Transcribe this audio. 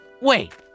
wait